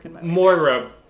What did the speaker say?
Moira